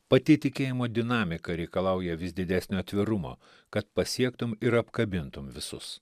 pati tikėjimo dinamika reikalauja vis didesnio atvirumo kad pasiektum ir apkabintum visus